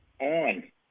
on